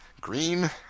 Green